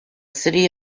city